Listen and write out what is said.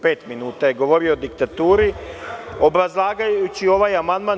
Pet minuta je govorio o diktaturi, obrazlažući ovaj amandman.